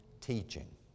teaching